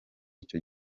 icyo